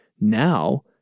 now